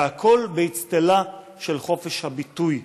והכול באצטלה של חופש הביטוי.